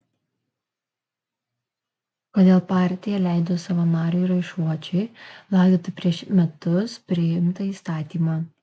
kodėl partija leido savo nariui raišuočiui laidoti prieš metus priimtą įstatymą